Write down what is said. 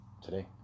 Today